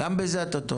גם בזה אתה טועה.